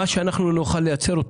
מה שאנחנו נוכל לייצר,